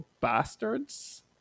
Bastards